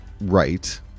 right